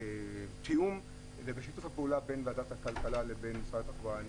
ובתיאום ובשיתוף הפעולה בין ועדת הכלכלה לבין משרד התחבורה.